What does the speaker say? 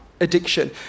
addiction